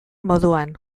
moduan